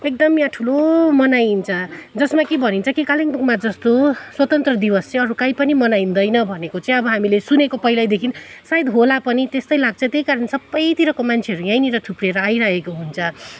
एकदम यहाँ ठुलो मनाइन्छ जसमा कि भनिन्छ कि कालिम्पोङमा जस्तो स्वतन्त्र दिवस चाहिँ अरू कहीँ पनि मनाइँदैन भनेको चाहिँ अब हामीले सुनेको पहिल्यैदेखि सायद होला पनि त्यस्तै लाग्छ त्यहीकरण सबैतिरको मान्छेहरू यहीँनिर थुप्रेर आइरहेको हुन्छ